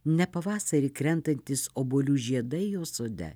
ne pavasarį krentantys obuolių žiedai jos sode